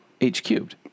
H-Cubed